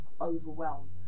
overwhelmed